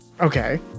Okay